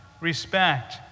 respect